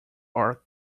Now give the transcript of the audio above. are